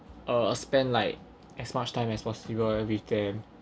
uh spend like as much time as possible at weekend